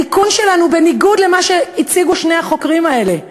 התיקון שלנו הוא בניגוד למה שהציגו שני החוקרים האלה.